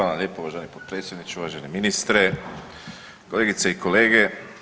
Hvala lijepo uvaženi potpredsjedniče, uvaženi ministre, kolegice i kolege.